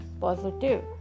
positive